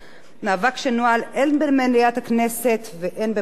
מאבק שנוהל הן במליאת הכנסת והן במקביל בבג"ץ.